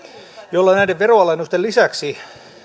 joilla näiden veronalennusten lisäksi